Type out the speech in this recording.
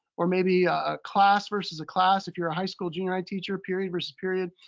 or maybe a class versus a class if you're a high school, junior high teacher, period versus period.